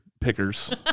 pickers